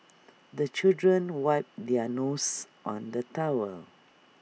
the children wipe their noses on the towel